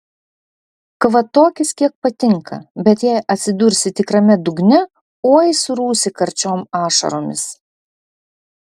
kvatokis kiek patinka bet jei atsidursi tikrame dugne oi srūsi karčiom ašaromis